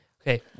Okay